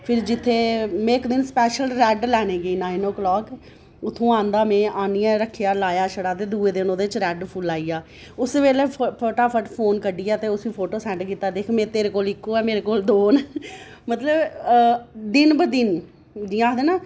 में इक्क दिन स्पैशल रेड लैने गी गेई नाईन ओ क्लॉक उत्थूं दा आहनेआ में छड़ा लाया ते दूए दिन ओह्दे च रैड फुल्ल आई गेआ ते उस्सै बेल्लै फटाफट फोन कड्ढियै उसी फोटो सैंड कीता दिक्ख तेरे कोल इक्को ऐ मेरे कोल दौ न मतलब दिन बा दिन जि'यां आखदे ना